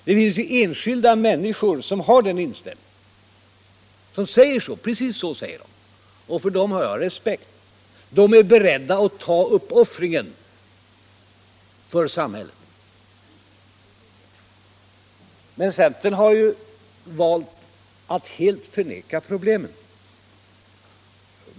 Det finns ju enskilda människor som har den inställningen och säger precis så, och för dem hyser jag respekt. De är beredda att ta uppoffringen för samhället. Men centern har valt att helt förneka problemet.